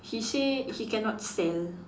he say he cannot sell